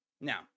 Now